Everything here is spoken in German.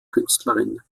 künstlerin